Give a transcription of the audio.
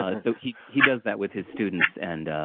ah so, he he does that with his students, and